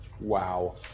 Wow